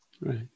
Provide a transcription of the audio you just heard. right